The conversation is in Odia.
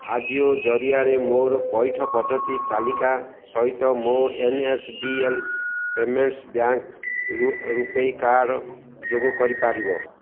ଆଜିଓ ଜରିଆରେ ମୋର ପଇଠ ପଦ୍ଧତି ତାଲିକା ସହିତ ମୋ N S D L payments bank RuPay card ଯୋଗ କରିପାରିବ